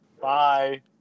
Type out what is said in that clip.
Bye